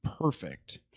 perfect